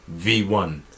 V1